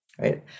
right